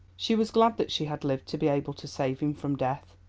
she was glad that she had lived to be able to save him from death.